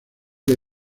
que